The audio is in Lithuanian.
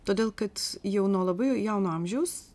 todėl kad jau nuo labai jauno amžiaus